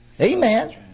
Amen